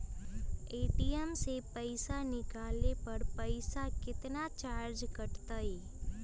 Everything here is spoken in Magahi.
ए.टी.एम से पईसा निकाले पर पईसा केतना चार्ज कटतई?